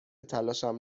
تلاشم